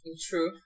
True